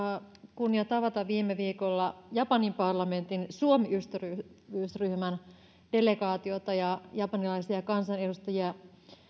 kunnia tavata viime viikolla japanin parlamentin suomi ystävyysryhmän delegaatiota ja japanilaisia kansanedustajia